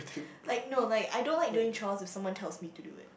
like no like I don't like doing chores if someone tells me to do it